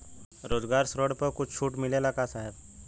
स्वरोजगार ऋण पर कुछ छूट मिलेला का साहब?